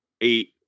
eight